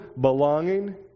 belonging